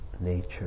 nature